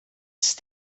ist